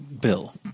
Bill